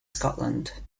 scotland